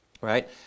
right